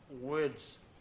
words